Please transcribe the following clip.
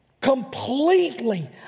completely